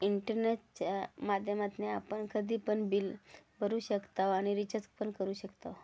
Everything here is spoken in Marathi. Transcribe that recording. इंटरनेटच्या माध्यमातना आपण कधी पण बिल भरू शकताव आणि रिचार्ज पण करू शकताव